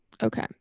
Okay